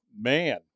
man